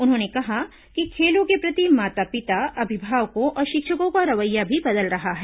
उन्होंने कहा कि खेलों के प्रति माता पिता अभिभावकों और शिक्षकों का रवैया भी बदल रहा है